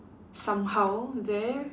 somehow there